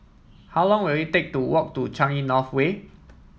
how long will it take to walk to Changi North Way